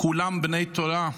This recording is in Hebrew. כולם בני תורה,